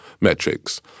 metrics